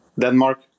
Denmark